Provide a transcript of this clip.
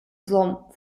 злом